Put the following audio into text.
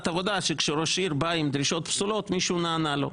עבודה שכשראש עיר בא עם דרישות פסולות מישהו נענה לו.